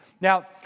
Now